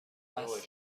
است